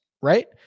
right